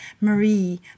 Marie